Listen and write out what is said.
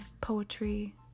poetry